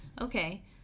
Okay